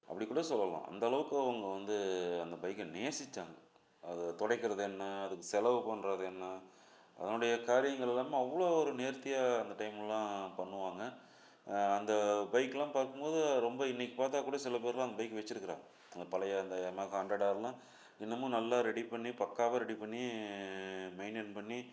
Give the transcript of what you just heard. அப்படிக்கூட சொல்லலாம் அந்தளவுக்கு அவங்க வந்து அந்த பைக்கை நேசிச்சாங்கள் அதை துடைக்கறது என்ன அதுக்கு செலவு பண்ணுறது என்ன அதனுடைய காரியங்கள் எல்லாமே அவ்வளோ ஒரு நேர்த்தியாக அந்த டைம்லெல்லாம் பண்ணுவாங்கள் அந்த பைக்லாம் பார்க்கும்போது ரொம்ப இன்றைக்குப் பார்த்தாக்கூட சிலப்பேர்லாம் பைக் வச்சிருக்குறாங்க அந்தத் பழைய அந்த யமஹா ஹண்ட்ரட் ஆர்லாம் இன்னமும் நல்லா ரெடிப் பண்ணி பக்காவாக ரெடிப் பண்ணி மெயின்டெய்ன் பண்ணி